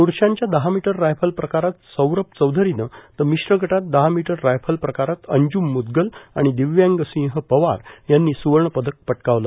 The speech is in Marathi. प्रूषांच्या दहा मीटर रायफल प्रकरात सौरभ चौधरीनं तर मिश्र गटात दहा मीटर रायफल प्रकारात अंज्म म्दगल आणि दिव्यांग सिंह पवार यांनी स्वर्ण पदक पटकावलं